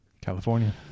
California